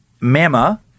Mama